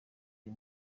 uyu